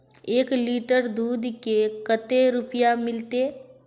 एक लीटर दूध के कते रुपया मिलते?